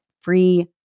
free